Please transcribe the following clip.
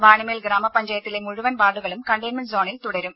വാണിമേൽ ഗ്രാമപഞ്ചായത്തിലെ മുഴുവൻ വാർഡുകളും കണ്ടെയ്ൻമെന്റ് സോണിൽ തുടരും